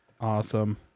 Awesome